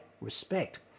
respect